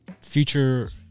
future